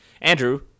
Andrew